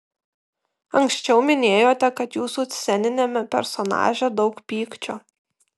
anksčiau minėjote kad jūsų sceniniame personaže daug pykčio